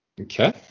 okay